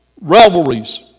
revelries